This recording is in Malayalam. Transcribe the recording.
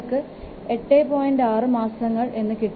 6 മാസങ്ങൾ എന്ന് കിട്ടും